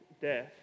death